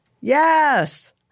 Yes